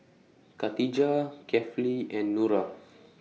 Khatijah Kefli and Nura